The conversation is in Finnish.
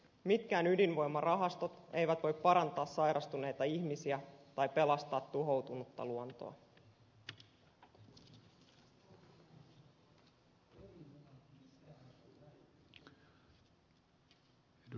mitkään ydinvoimarahastot eivät voi parantaa sairastuneita ihmisiä tai pelastaa tuhoutunutta luontoa